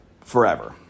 forever